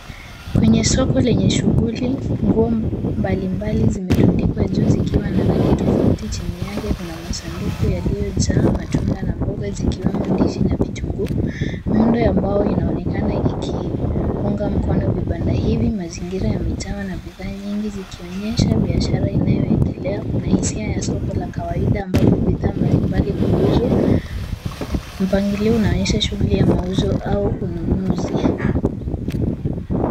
Kwenye soko lenye shughuli nguo mbalimbali zimetundikwa juu zikiwa na rangi tofauti. Chini yake kuna masanduku yaliyojaa matunda na mboga zikiwemo ndizi na vitunguu. Miundo ya mbao inaonekana ikiunga mkono vibanda hivi, mazingira yamejawa na bidhaa nyingi zikionyesha biashara inayoendelea. Kuna hisia ya soko la kawaida ambapo bidhaa mbalimbali huuzwa. Mpangilio unaonyesha shughuli ya mauzo au ununuzi.